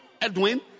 Edwin